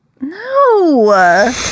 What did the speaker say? No